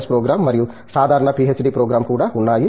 Sc programme మరియు సాధారణ PhD programme కూడా ఉన్నాయి